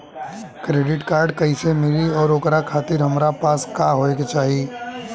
Credit card कैसे मिली और ओकरा खातिर हमरा पास का होए के चाहि?